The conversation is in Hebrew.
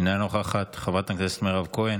אינה נוכחת, חברת הכנסת מירב כהן,